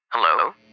Hello